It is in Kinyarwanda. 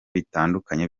bitandukanye